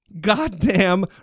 goddamn